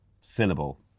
Syllable